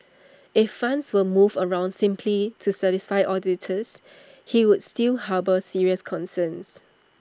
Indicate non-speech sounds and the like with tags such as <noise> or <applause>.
<noise> if funds were moved around simply to satisfy auditors he would still harbour serious concerns